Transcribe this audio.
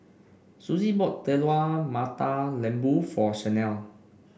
Suzy bought Telur Mata Lembu for Shanelle